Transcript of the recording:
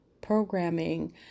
programming